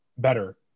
better